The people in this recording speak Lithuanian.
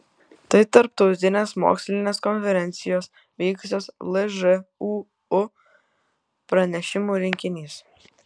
tai tarptautinės mokslinės konferencijos vykusios lžūu pranešimų rinkinys